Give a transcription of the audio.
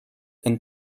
and